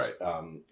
right